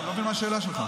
אני לא מבין מה השאלה שלך.